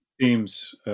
themes